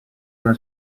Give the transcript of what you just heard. una